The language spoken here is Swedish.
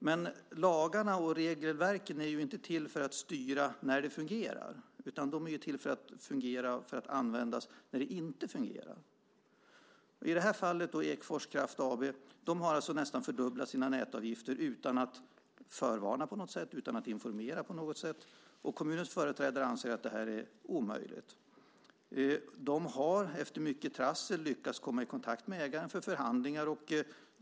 Men lagarna och regelverken finns inte till för att styra när det fungerar, utan de finns till för att användas när det inte fungerar. I fallet med Ekfors Kraft AB har företaget nästan fördubblat sina nätavgifter utan att förvarna eller informera på något sätt. Kommunens företrädare anser att detta är omöjligt. Kommunen har, efter mycket trassel, lyckats komma i kontakt med ägaren för förhandlingar.